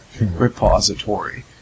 repository